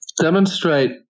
Demonstrate